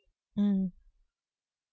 mm